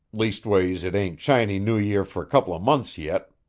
leastways it ain't chaney new year for a couple of months yet.